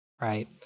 Right